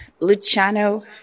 Luciano